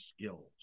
skills